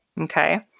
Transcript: Okay